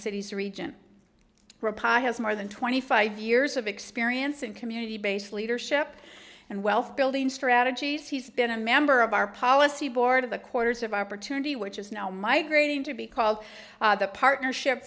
cities region has more than twenty five years of experience in community based leadership and wealth building strategies he's been a member of our policy board of the quarters of opportunity which is now migrating to be called the partnership